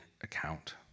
account